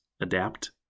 adapt